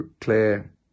clear